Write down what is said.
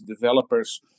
developers